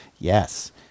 Yes